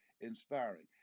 inspiring